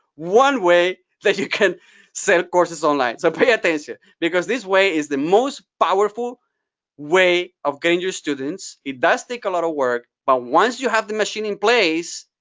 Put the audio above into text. one way that you can sell courses online. so pay attention because this way is the most powerful way of getting your students. it does take a lot of work, but once you have the machine in place,